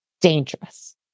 dangerous